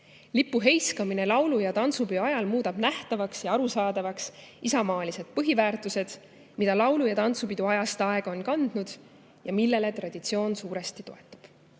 Lipu heiskamine laulu- ja tantsupeo ajal muudab nähtavaks ja arusaadavaks isamaalised põhiväärtused, mida laulu- ja tantsupidu ajast aega on kandnud ja millele traditsioon suuresti toetub.